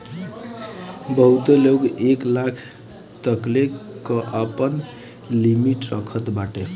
बहुते लोग एक लाख तकले कअ आपन लिमिट रखत बाटे